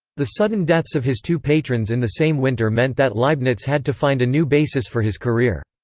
the sudden deaths of his two patrons in the same winter meant that leibniz had to find a new basis for his career.